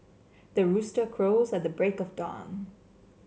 the rooster crows at the break of dawn